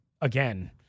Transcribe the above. again